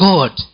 God